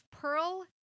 Pearl